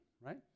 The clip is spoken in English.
right